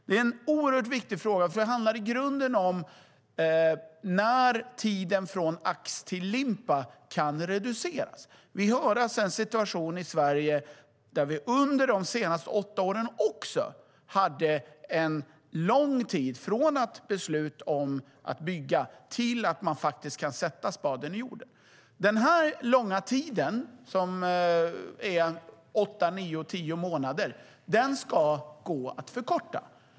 Det är en oerhört viktig fråga, för det handlar i grunden om hur tiden från ax till limpa kan reduceras. Vi har alltså haft en situation i Sverige där det även under de senaste åtta åren har tagit lång tid från beslut om att bygga till att sätta spaden i jorden. Den långa tiden på åtta tio månader ska gå att förkorta.